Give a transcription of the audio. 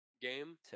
Game